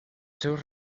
seus